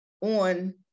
on